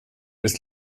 des